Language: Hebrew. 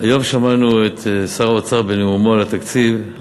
היום שמענו את שר האוצר בנאומו על התקציב.